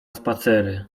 spacery